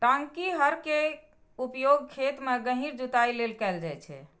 टांकी हर के उपयोग खेत मे गहींर जुताइ लेल कैल जाइ छै